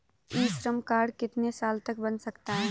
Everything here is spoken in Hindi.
ई श्रम कार्ड कितने साल तक बन सकता है?